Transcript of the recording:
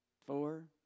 four